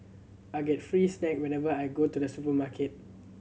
I get free snacks whenever I go to the supermarket